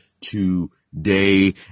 today